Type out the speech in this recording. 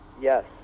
yes